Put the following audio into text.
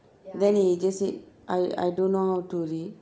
then he just said I I don't know how to read